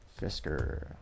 Fisker